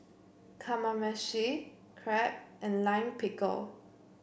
Kamameshi Crepe and Lime Pickle